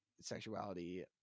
sexuality